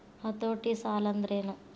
ಹತೋಟಿ ಸಾಲಾಂದ್ರೆನ್?